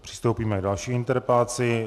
Přistoupíme k další interpelaci.